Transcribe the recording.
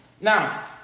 Now